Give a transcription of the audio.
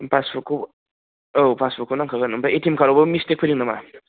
पासबुकखौ औ पासबुकखौ नांखागोन ओमफ्राय ए टि एम कार्डआव मिस्टेक फैदों नामा